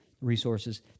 resources